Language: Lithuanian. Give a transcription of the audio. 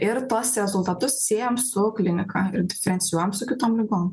ir tuos rezultatus siejam su klinika ir diferencijuojam su kitom ligom